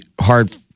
hard